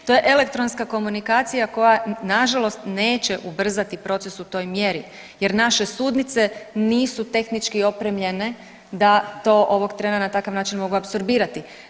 To je elektronska komunikacija koja na žalost neće ubrzati proces u toj mjeri, jer naše sudnice nisu tehnički opremljene da to ovog trena na takav način mogu apsorbirati.